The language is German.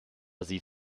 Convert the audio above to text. sie